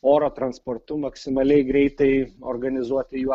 oro transportu maksimaliai greitai organizuoti jų